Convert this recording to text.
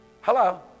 Hello